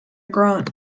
grunt